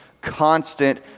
constant